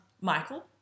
Michael